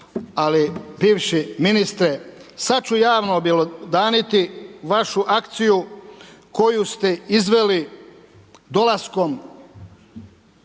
ali bivši ministre, sad ću javno objelodaniti vašu akciju koju ste izveli dolaskom